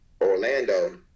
Orlando